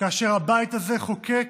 כאשר הבית הזה חוקק,